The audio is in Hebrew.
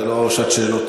זאת לא שעת שאלות.